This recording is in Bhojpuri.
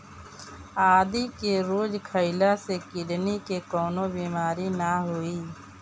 आदि के रोज खइला से किडनी के कवनो बीमारी ना होई